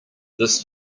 this